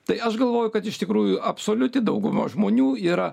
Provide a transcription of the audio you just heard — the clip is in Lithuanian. tai aš galvoju kad iš tikrųjų absoliuti dauguma žmonių yra